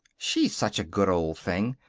she's such a good old thing.